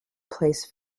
place